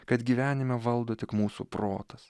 kad gyvenimą valdo tik mūsų protas